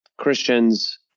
Christians